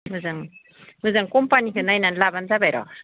मोजां मोजां कम्पानिखौ नायनानै लाबोनो जाबाय र'